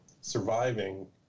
surviving